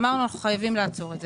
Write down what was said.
אמרנו שאנחנו חייבים לעצור את זה.